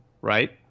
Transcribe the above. right